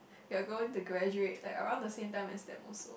we're gonna graduate like around the same time as them also